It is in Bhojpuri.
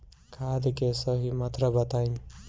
खाद के सही मात्रा बताई?